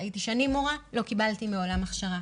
הייתי שנים מורה, לא קיבלתי מעולם הכשרה.